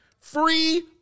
Free